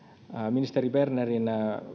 ministeri bernerin